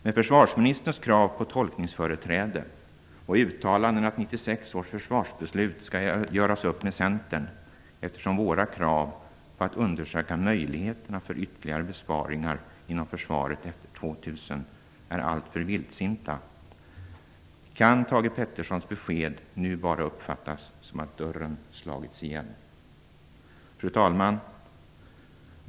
Med försvarsministerns krav på tolkningsföreträde och uttalanden om att 1996 års försvarsbeslut skall göras upp med Centern, eftersom våra krav på att undersöka möjligheterna för ytterligare besparingar inom Försvaret efter år 2000 är "alltför vildsinta", kan Thage G Petersons besked nu bara uppfattas som att dörren slagits igen. Fru talman!